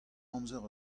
amzer